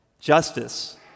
justice